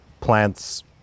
plants